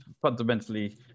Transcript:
fundamentally